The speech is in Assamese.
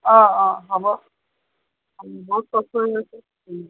অঁ অঁ হ'ব বহুত কষ্ট হৈ আছে